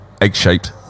Egg-shaped